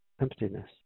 emptiness